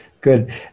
good